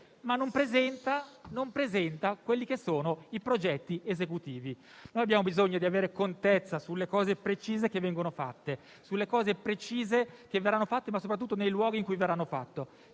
ma non presenta quelli che sono i progetti esecutivi. Noi abbiamo bisogno di avere contezza delle cose precise che verranno fatte, ma soprattutto dei luoghi in cui verranno fatte